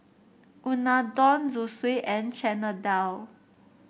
Unadon Zosui and Chana Dal